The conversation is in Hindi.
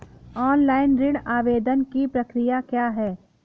ऑनलाइन ऋण आवेदन की प्रक्रिया क्या है?